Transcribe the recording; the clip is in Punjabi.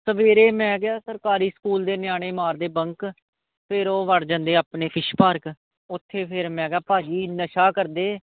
ਸਵੇਰੇ ਮੈਂ ਗਿਆ ਸਰਕਾਰੀ ਸਕੂਲ ਦੇ ਨਿਆਣੇ ਮਾਰਦੇ ਬੰਕ ਫਿਰ ਉਹ ਵੜ ਜਾਂਦੇ ਆਪਣੇ ਫਿਸ਼ ਪਾਰਕ ਉੱਥੇ ਫਿਰ ਮੈਂ ਕਿਹਾ ਭਾਅ ਜੀ ਨਸ਼ਾ ਕਰਦੇ